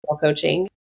coaching